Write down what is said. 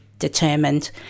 determined